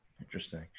Interesting